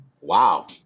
Wow